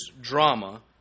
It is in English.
drama